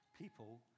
people